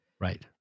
Right